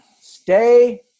stay